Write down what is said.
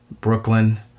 Brooklyn